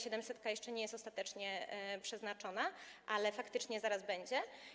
Siedemsetka jeszcze nie jest ostatecznie przeznaczona, ale faktycznie zaraz będzie.